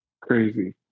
Crazy